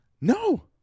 No